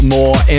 More